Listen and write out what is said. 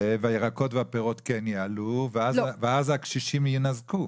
והירקות והפירות כן יעלו ואז הקשישים יינזקו?